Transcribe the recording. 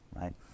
right